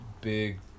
big